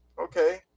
Okay